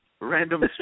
random